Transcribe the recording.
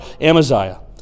Amaziah